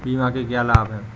बीमा के क्या लाभ हैं?